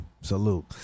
salute